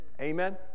Amen